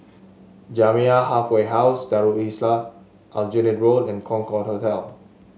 Jamiyah Halfway House Darul Islah Aljunied Road and Concorde Hotel